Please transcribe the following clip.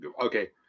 okay